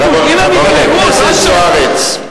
חברת הכנסת אורית זוארץ,